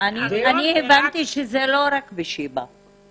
אני הבנתי שזה לא רק בשיבא?